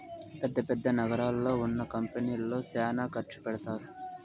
పెద్ద పెద్ద నగరాల్లో ఉన్న కంపెనీల్లో శ్యానా ఖర్చు పెడతారు